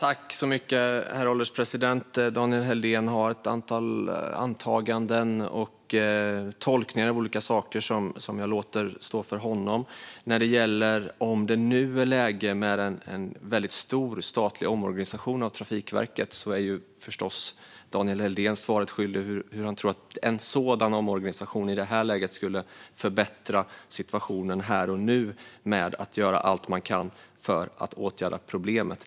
Herr ålderspresident! Daniel Helldén gör ett antal antaganden och tolkningar av olika saker som jag låter stå för honom. När det gäller om det är läge för en väldigt stor statlig omorganisation av Trafikverket är Daniel Helldén förstås svaret skyldig gällande hur han tror att en sådan omorganisation skulle förbättra situationen här och nu avseende att göra allt man kan för att åtgärda problemet.